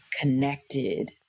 connected